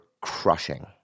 crushing